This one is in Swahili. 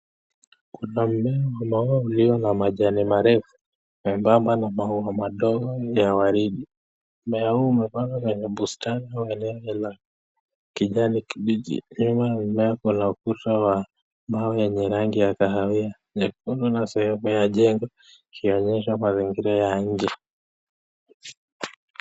Kuna mimea amabo ulio na majani marefu. Mimea na maua madogo ya waridi. Mimea huku imepewa kwenye bustani weli ya kijani kibichi. Nyuma ya mimea kuna ukuta wa mawe yenye rangi ya kahawia nyekundu na sehemu ya jengo, kianyesha mazingira ya nje.